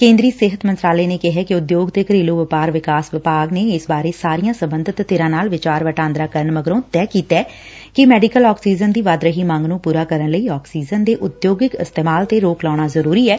ਕੇਂਦਰੀ ਸਿਹਤ ਮੰਤਰਾਲੇ ਨੇ ਕਿਹੈ ਕਿ ਉਦਯੋਗ ਤੇ ਘਰੇਲੁ ਵਪਾਰ ਵਿਕਾਸ ਵਿਭਾਗ ਨੇ ਇਸ ਬਾਰੇ ਸਾਰੀਆਂ ਸਬੰਧਤ ਧਿਰਾਂ ਨਾਲ ਵਿਚਾਰ ਵਟਾਂਦਰਾ ਕਰਨ ਮਗਰੋਂ ਤੈਅ ਕੀਤੈ ਕਿ ਮੈਡੀਕਲ ਆਕਸੀਜਨ ਦੀ ਵੱਧ ਰਹੀ ਮੰਗ ਨੂੰ ਪੁਰਾ ਕਰਨ ਲਈ ਆਕਸੀਜਨ ਦੇ ਉਦਯੋਗਿਕ ਇਸਤੇਮਾਲ ਤੇ ਰੋਕ ਲਾਉਣਾ ਜ਼ਰੁਰੀ ਐ